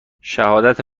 شهادت